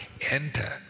enter